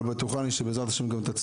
עם זאת, בטוחני שגם תצליח,